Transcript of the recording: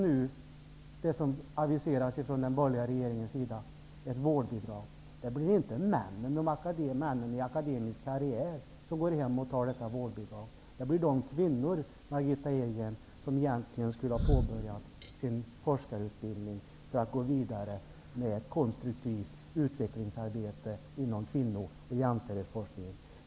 Nu aviserar den borgerliga regeringen dessutom ett vårdbidrag. Det blir inte män i den akademiska karriären som stannar hemma och väljer vårdbidrag. Det blir de kvinnor, Margitta Edgren, som egentligen skulle ha påbörjat sin forskarutbildning för att kunna gå vidare med ett konstruktivt utvecklingsarbete inom kvinno och jämställdhetsforskningen.